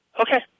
Okay